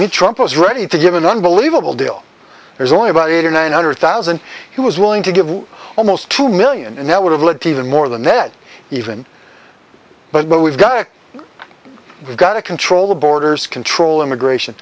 ready to give an unbelievable deal there's only about eight or nine hundred thousand he was willing to give almost two million and that would have led to even more than that even but what we've got we've got to control the borders control immigration